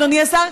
אדוני השר,